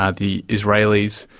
ah the israelis.